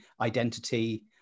identity